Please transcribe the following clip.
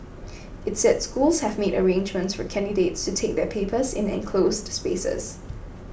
it said schools have made arrangements for candidates to take their papers in enclosed spaces